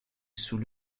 sous